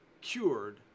cured